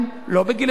לא בגיל 29,